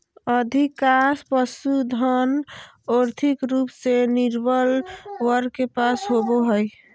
अधिकांश पशुधन, और्थिक रूप से निर्बल वर्ग के पास होबो हइ